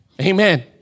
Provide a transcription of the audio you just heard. Amen